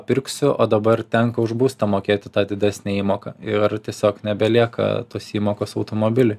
pirksiu o dabar tenka už būstą mokėti tą didesnę įmoką ir tiesiog nebelieka tos įmokos automobiliui